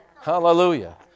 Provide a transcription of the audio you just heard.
Hallelujah